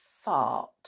fart